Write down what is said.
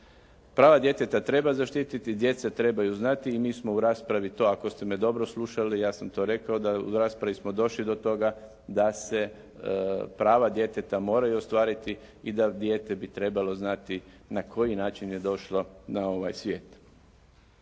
Prava djeteta treba zaštiti. Djeca trebaju znati i mi smo u raspravi to, ako ste me dobro slušali ja sam to rekao da u raspravi smo došli do toga da se prava djeteta moraju ostvariti i da dijete bi trebalo znati na koji način je došlo na ovaj svijet.